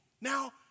Now